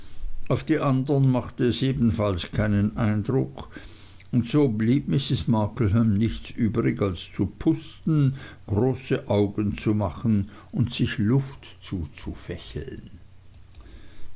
auf die andern machte es ebenfalls keinen eindruck und so blieb mrs markleham nichts übrig als zu pusten große augen zu machen und sich luft zuzufächeln